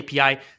API